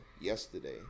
yesterday